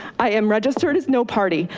i am registered as no party.